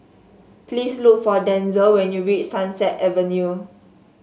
please look for Denzell when you reach Sunset Avenue